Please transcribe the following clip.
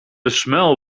smell